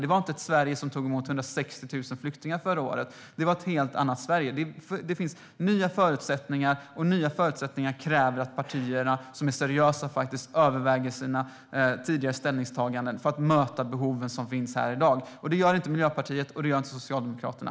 Det var inte ett Sverige som tog emot 160 000 flyktingar förra året utan ett helt annat Sverige. Det är nya förutsättningar, och nya förutsättningar kräver att partier som är seriösa överväger sina tidigare ställningstaganden för att möta de behov som finns här i dag. Det gör tyvärr inte Miljöpartiet och Socialdemokraterna.